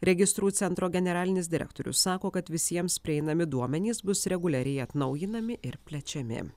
registrų centro generalinis direktorius sako kad visiems prieinami duomenys bus reguliariai atnaujinami ir plečiami